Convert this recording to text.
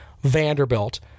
Vanderbilt